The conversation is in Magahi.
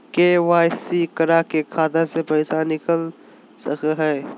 के.वाई.सी करा के खाता से पैसा निकल सके हय?